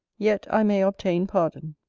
yet i may obtain pardon.